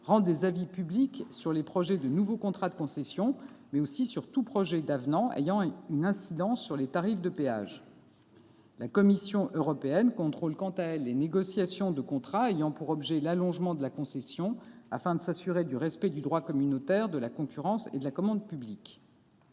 rend des avis publics sur les projets de nouveaux contrats de concession, mais aussi sur tous les projets d'avenants ayant une incidence sur les tarifs de péage. La Commission européenne, quant à elle, contrôle les renégociations de contrats ayant pour objet l'allongement de la concession, afin de s'assurer du respect du droit communautaire de la concurrence et de la commande publique.